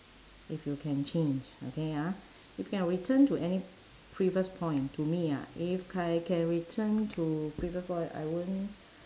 if you can change okay ah if can return to any previous point to me ah if I can return to previous point I won't